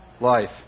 life